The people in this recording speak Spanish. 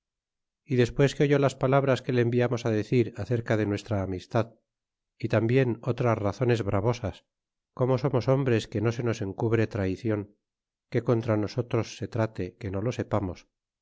y despues que oyó las palabras que le enviamos á decir acerca de nuestra amistad a tambien otras razones bravosas como somos hombres que no se nos encubre traycion que contra nosotros se trate que no lo sepamos